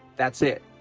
that's it,